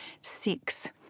six